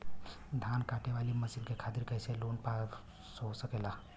धान कांटेवाली मशीन के खातीर कैसे लोन पास हो सकेला?